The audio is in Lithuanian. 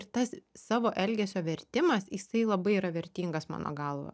ir tas savo elgesio vertimas jisai labai yra vertingas mano galva